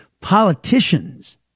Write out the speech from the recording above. Politicians